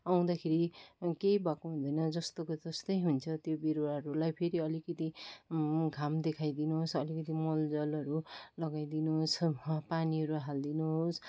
आउँदाखेरि केही भएको हुँदैन जस्तोको त्यस्तै हुन्छ त्यो बिरुवाहरूलाई फेरि अलिकति घाम देखाइदिनुहोस् अलिकति मलजलहरू लगाइदिनुहोस पानीहरू हालिदिनुहोस्